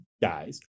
guys